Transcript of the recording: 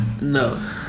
No